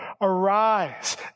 Arise